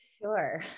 Sure